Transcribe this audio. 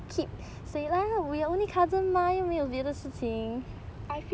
I feel